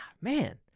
man